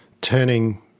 turning